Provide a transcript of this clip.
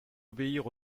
obéir